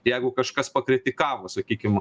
jeigu kažkas pakritikavo sakykim